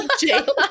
jail